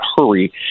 hurry